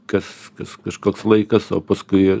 kas kas kažkoks laikas o paskui